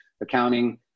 accounting